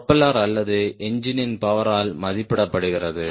propeller அல்லது என்ஜினின் பவரால் மதிப்பிடப்படுகிறது